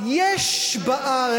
אין באף